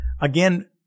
again